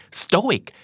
stoic